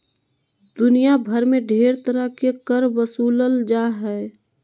दुनिया भर मे ढेर तरह के कर बसूलल जा हय